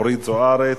אורית זוארץ,